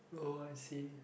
oh I see